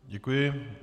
Děkuji.